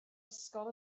ysgol